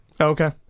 Okay